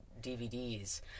DVDs